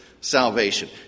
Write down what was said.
salvation